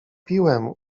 piłem